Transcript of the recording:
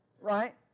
Right